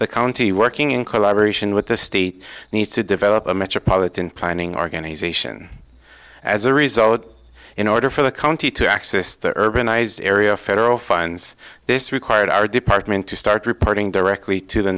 the county working in collaboration with the state needs to develop a metropolitan planning organization as a result in order for the county to access the urbanized area federal funds this required our department to start reporting directly to the